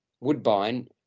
Woodbine